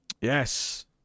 Yes